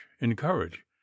encourage